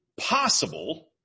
possible